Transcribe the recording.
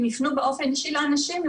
אם ייפנו באופן אישי לאנשים,